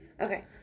Okay